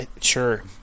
Sure